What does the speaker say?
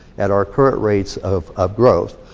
at our current rates of of growth.